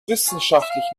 wissenschaftlich